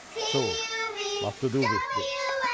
so what to do with this?